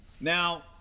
Now